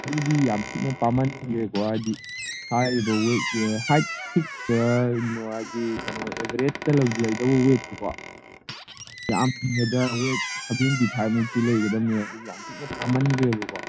ꯑꯗꯨꯗꯤ ꯌꯥꯝ ꯊꯤꯅ ꯄꯥꯃꯟꯒ꯭ꯔꯦꯀꯣ ꯍꯥꯏꯗꯤ ꯍꯥꯏꯔꯤꯕ ꯋꯦꯠ ꯍꯥꯏꯠ ꯁꯤꯛꯁ ꯍꯥꯏꯗꯤ ꯀꯩꯅꯣ ꯑꯦꯚꯔꯦꯖꯇ ꯂꯩꯗꯧꯕ ꯋꯦꯠꯁꯦꯀꯣ ꯌꯥꯝꯗ꯭ꯔꯕꯗ ꯋꯦꯠ ꯁꯦꯚꯦꯟꯇꯤ ꯐꯥꯏꯚꯃꯨꯛꯇꯤ ꯂꯩꯒꯗꯝꯅꯦ ꯑꯗꯨꯗꯤ ꯌꯥꯝꯊꯤꯅ ꯄꯥꯃꯟꯒ꯭ꯔꯦꯕꯀꯣ